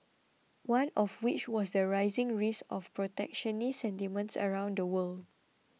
one of which was the rising risk of protectionist sentiments around the world